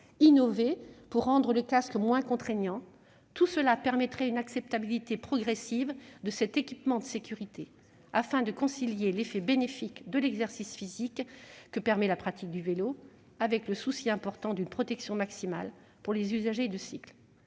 innover pour rendre le casque moins contraignant : tout cela permettrait une acceptabilité progressive de cet équipement de sécurité, afin de concilier l'effet bénéfique de l'exercice physique permis par la pratique du vélo avec le souci important d'une protection maximale pour les usagers de cycles.